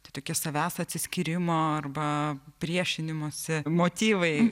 tai tokie savęs atsiskyrimo arba priešinimosi motyvai